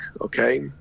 okay